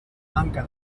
manca